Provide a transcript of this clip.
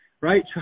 right